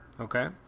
Okay